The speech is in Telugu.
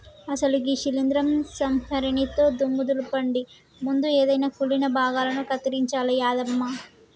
అసలు గీ శీలింద్రం సంహరినితో దుమ్ము దులపండి ముందు ఎదైన కుళ్ళిన భాగాలను కత్తిరించాలి యాదమ్మ